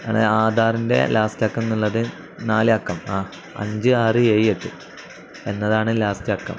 അത് ആധാറിൻ്റെ ലാസ്റ്റ് അക്കം എന്നുള്ളത് നാല് അക്കം ആ അഞ്ച് ആറ് ഏഴ് എട്ട് എന്നതാണ് ലാസ്റ്റ് അക്കം